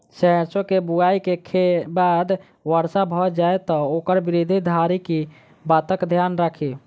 सैरसो केँ बुआई केँ बाद वर्षा भऽ जाय तऽ ओकर वृद्धि धरि की बातक ध्यान राखि?